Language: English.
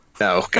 No